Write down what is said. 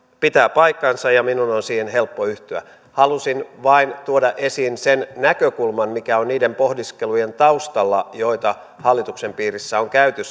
pitää paikkansa ja minun on siihen helppo yhtyä halusin vain tuoda esiin sen näkökulman mikä on niiden pohdiskelujen taustalla joita hallituksen piirissä on käyty